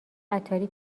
عطاری